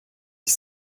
ich